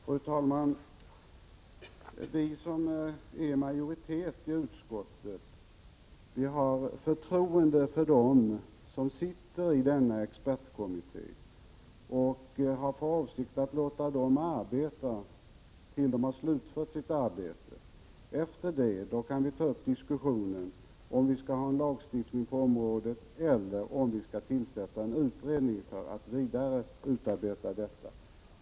Fru talman! Majoriteten i utskottet har förtroende för dem som sitter i denna expertkommitté och har för avsikt att låta den arbeta tills den slutfört sitt arbete. Därefter kan vi ta upp diskussion om vi skall ha en lagstiftning på området eller om vi skall tillsätta en utredning för att vidare utarbeta frågan.